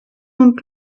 und